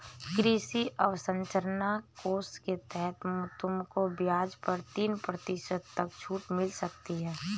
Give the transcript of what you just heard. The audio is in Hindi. कृषि अवसरंचना कोष के तहत तुमको ब्याज पर तीन प्रतिशत तक छूट मिल सकती है